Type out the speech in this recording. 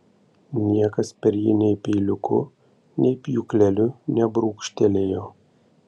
niekas per jį nei peiliuku nei pjūkleliu nebrūkštelėjo